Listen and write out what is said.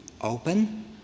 Open